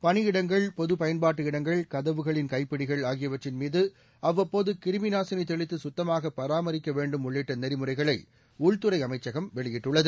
பணியிடங்கள் பொது பயன்பாட்டு இடங்கள் கதவுகளின் கைபிடிகள் ஆகியவற்றின் மீது அவ்வப்போது கிருமிநாசினி தெளித்து சுத்தமாக பராமரிக்க வேண்டும் உள்ளிட்ட நெறிமுறைகளை உள்துறை அமைச்சகம் வெளியிட்டுள்ளது